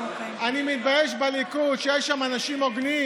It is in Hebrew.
אני מתבייש בליכוד, שיש שם אנשים הוגנים